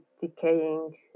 decaying